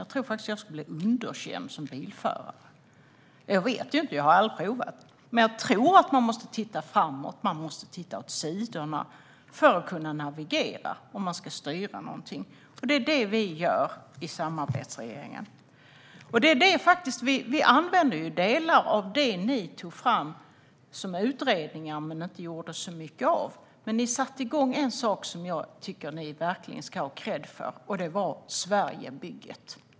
Jag tror faktiskt att jag skulle bli underkänd som bilförare. Nu vet jag förstås inte, för jag har aldrig provat, men jag tror att man måste titta framåt och åt sidorna för att kunna navigera om man ska styra någonting. Det är detta vi gör i samarbetsregeringen. Vi använder delar av det ni tog fram i utredningar men inte gjorde så mycket av. Ni satte dock igång en sak som jag verkligen tycker att ni ska ha kredd för, nämligen Sverigebygget.